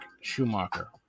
Schumacher